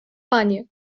panie